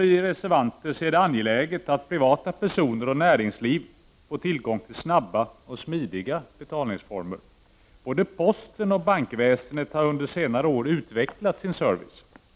Vi reservanter ser det därför som angeläget att privatpersoner och näringsliv får tillgång till snabba och smidiga betalningsformer. Både posten och bankväsendet har under senare år utvecklat sin service.